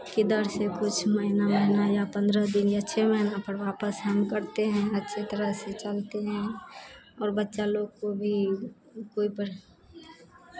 के दर से कुछ महीना महीना या पन्द्रह दिन या छह महीना पर वापस हम करते हैं अच्छे तरह से चलते हैं और बच्चा लोग को भी कोई पर